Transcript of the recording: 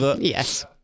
Yes